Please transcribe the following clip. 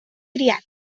criat